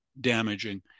damaging